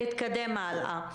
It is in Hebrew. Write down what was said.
ולהתקדם הלאה.